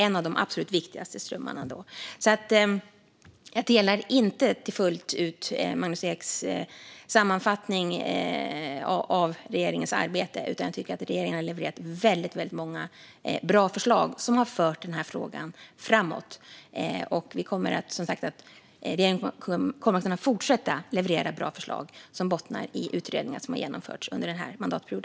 Jag delar alltså inte Magnus Eks uppfattning om regeringens arbete, utan jag tycker att regeringen har levererat många bra förslag som har fört denna fråga framåt. Vi kommer också att fortsätta leverera bra förslag som bottnar i utredningar som har genomförts under denna mandatperiod.